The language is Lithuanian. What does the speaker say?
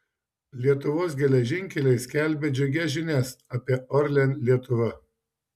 lietuvos geležinkeliai skelbia džiugias žinias apie orlen lietuva